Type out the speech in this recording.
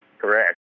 Correct